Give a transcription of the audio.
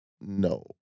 No